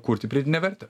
kurti priedinę vertę